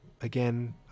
again